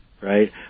right